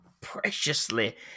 preciously